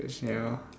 that sia